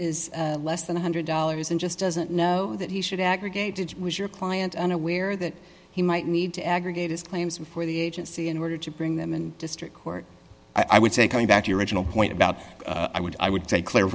is less than a one hundred dollars and just doesn't know that he should aggregate it was your client unaware that he might need to aggregate his claims for the agency in order to bring them in district court i would say coming back to your original point about i would i would say cl